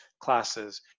classes